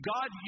God